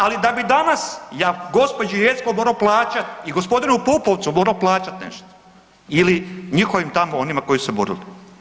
Ali da bi danas ja gospođi Jeckov morao plaćati i gospodinu Pupovcu morao plaćati nešto ili njihovim tamo onima koji su se borili.